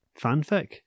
fanfic